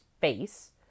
face